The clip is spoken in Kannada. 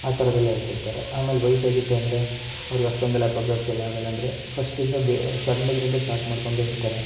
ಆ ಥರದ್ದೆಲ್ಲ ಹೇಳ್ಕೊಡ್ತಾರೆ ಆಮೇಲೆ ವಯಸ್ಸಾಗಿತ್ತು ಅಂದರೆ ಅವ್ರ್ಗಷ್ಟೊಂದೆಲ್ಲ ಬಗ್ಗಕ್ಕೆಲ್ಲ ಆಗಲ್ಲಾಂದರೆ ಫಸ್ಟಿಂದ ಸಣ್ಣದರಿಂದ ಸ್ಟಾರ್ಟ್ ಮಾಡಿಕೊಂಡು ಬರ್ತಾರೆ